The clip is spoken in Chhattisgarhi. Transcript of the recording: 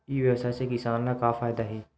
ई व्यवसाय से किसान ला का फ़ायदा हे?